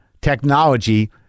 technology